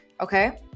Okay